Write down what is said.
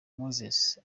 moses